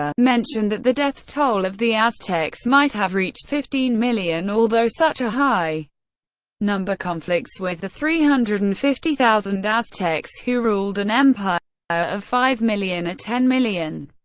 ah mentioned that the death toll of the aztecs might have reached fifteen million although such a high number conflicts with the three hundred and fifty thousand aztecs who ruled an empire of five million or ten million.